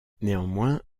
néanmoins